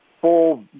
full